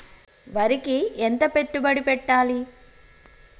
వరికి ఎంత పెట్టుబడి పెట్టాలి?